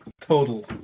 total